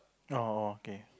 oh okay